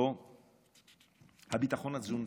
הביטחון התזונתי,